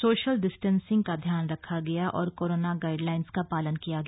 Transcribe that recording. social distancing का ध्यान रखा गया और कोरोना गाइड लाइन्स का पालन किया गया